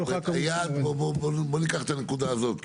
בוא ניקח את הנקודה הזאת.